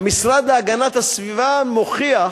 המשרד להגנת הסביבה מוכיח